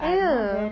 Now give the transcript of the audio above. !eww!